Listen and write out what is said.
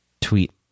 tweet